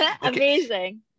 amazing